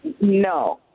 No